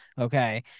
okay